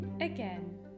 again